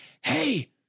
Hey